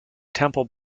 temple